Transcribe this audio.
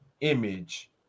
image